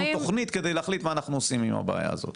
תוכנית כדי להבין מה אנחנו עושים עם הבעיה הזאת.